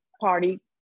party